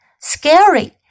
Scary